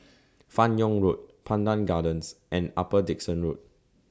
fan Yoong Road Pandan Gardens and Upper Dickson Road